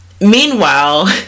meanwhile